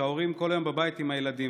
כשההורים כל היום בבית עם הילדים,